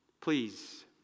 Please